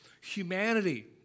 humanity